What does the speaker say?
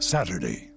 Saturday